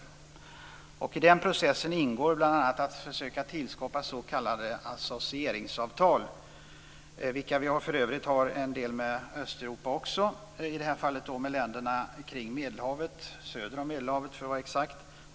I den processen ingår bl.a. att försöka tillskapa s.k. associeringsavtal, något som vi för övrigt har också med en del länder i Östeuropa, med länderna kring Medelhavet - söder och öster om Medelhavet, för att vara exakt.